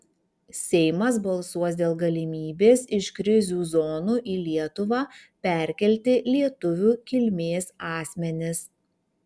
seimas balsuos dėl galimybės iš krizių zonų į lietuvą perkelti lietuvių kilmės asmenis